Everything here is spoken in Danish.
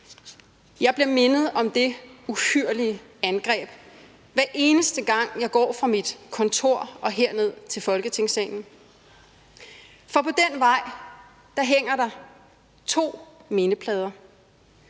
Jeg bliver mindet om det uhyrlige angreb, hver eneste gang jeg går fra mit kontor og herned til Folketingssalen, for på den vej hænger der to mindeplader: